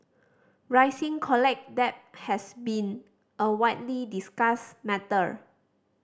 rising college debt has been a widely discussed matter